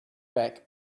back